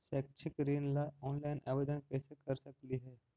शैक्षिक ऋण ला ऑनलाइन आवेदन कैसे कर सकली हे?